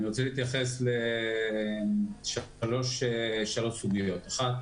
אני רוצה להתייחס בקצרה לשלוש סוגיות: האחת,